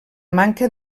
manca